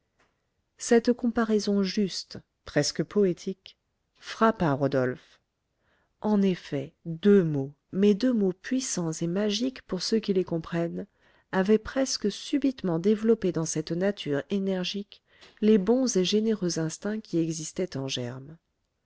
cette comparaison juste presque poétique frappa rodolphe en effet deux mots mais deux mots puissants et magiques pour ceux qui les comprennent avaient presque subitement développé dans cette nature énergique les bons et généreux instincts qui existaient en germe